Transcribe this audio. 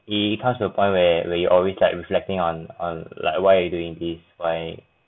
it comes to a point where were you always like reflecting on on like why are you doing this why